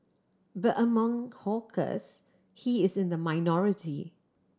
but among hawkers he is in the minority